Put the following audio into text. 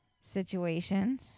situation